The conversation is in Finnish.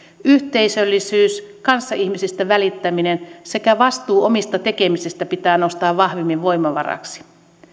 yhteisöllisyys kanssaihmisistä välittäminen sekä vastuu omista tekemisistään pitää nostaa vahvemmin voimavaraksi